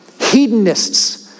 Hedonists